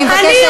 אני מבקשת,